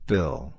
Bill